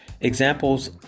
Examples